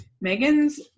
Megan's